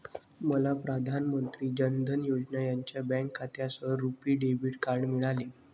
मला प्रधान मंत्री जान धन योजना यांच्या बँक खात्यासह रुपी डेबिट कार्ड मिळाले